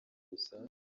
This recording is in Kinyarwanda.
gusa